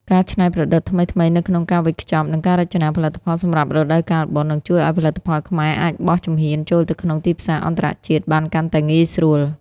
ការច្នៃប្រឌិតថ្មីៗនៅក្នុងការវេចខ្ចប់ និងការរចនាផលិតផលសម្រាប់រដូវកាលបុណ្យ នឹងជួយឱ្យផលិតផលខ្មែរអាចបោះជំហានចូលទៅក្នុងទីផ្សារអន្តរជាតិបានកាន់តែងាយស្រួល។